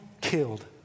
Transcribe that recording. killed